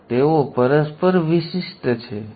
સાથે સાથે તેઓ પરસ્પર વિશિષ્ટ છે